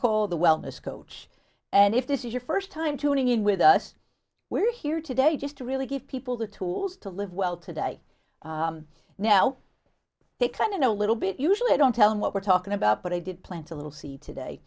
call the wellness coach and if this is your first time tuning in with us we're here today just to really give people the tools to live well today now they can in a little bit usually don't tell me what we're talking about but i did plant a little seed today